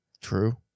true